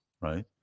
right